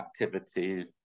activities